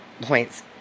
points